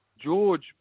George